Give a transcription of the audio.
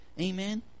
Amen